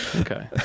okay